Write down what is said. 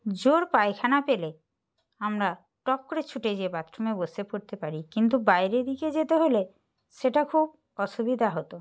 জোর পায়খানা পেলে আমরা টক করে ছুটে যেয়ে বাথরুমে বসে পড়তে পারি কিন্তু বাইরে দিকে যেতে হলে সেটা খুব অসুবিধা হতো